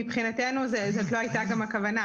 מבחינתנו זאת לא הייתה הכוונה.